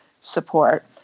support